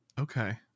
Okay